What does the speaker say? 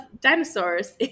dinosaurs